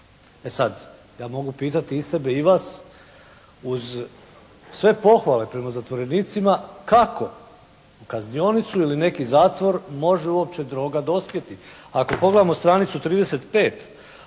E sad, ja mogu pitati i sebe i vas uz sve pohvale prema zatvorenicima kako u kaznionicu ili neki zatvor može uopće droga dospjeti. Ako pogledamo stranicu 35